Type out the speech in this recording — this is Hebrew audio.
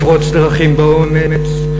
לפרוץ דרכים באומץ,